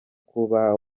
kuba